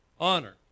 Honor